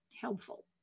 helpful